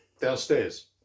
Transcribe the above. downstairs